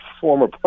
former